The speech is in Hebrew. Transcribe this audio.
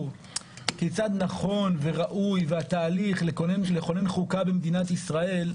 כיצד נכון וראוי והתהליך לכונן חוקה במדינת ישראל,